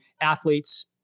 athletes